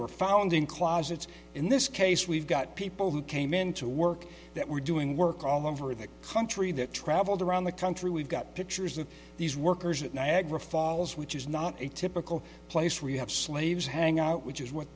were found in closets in this case we've got people who came into work that were doing work on them for the country that travelled around the country we've got pictures of these workers at niagara falls which is not a typical place where you have slaves hang out which is what